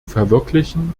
verwirklichen